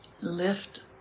lift